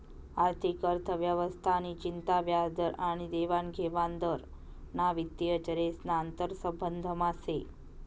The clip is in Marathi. आर्थिक अर्थव्यवस्था नि चिंता व्याजदर आनी देवानघेवान दर ना वित्तीय चरेस ना आंतरसंबंधमा से